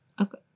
okay